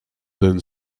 then